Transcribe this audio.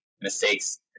mistakes